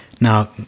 Now